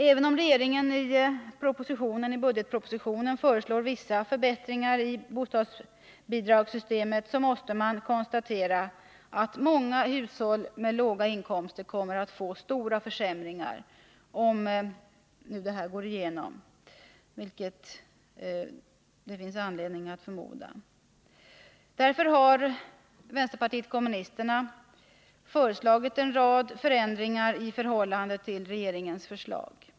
Även om regeringen i budgetpropositionen föreslår vissa förbättringar i bostadsbidragssystemet, måste vi konstatera att många hushåll med låga inkomster kommer att få stora försämringar, om regeringens förslag i fråga om bostadsbidragens utformning för 1981 genomförs. Därför har vänsterpartiet kommunisterna föreslagit en rad förändringar i förhållande till regeringens förslag.